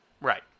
Right